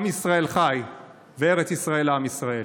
עם ישראל חי, וארץ ישראל, לעם ישראל.